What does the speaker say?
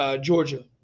Georgia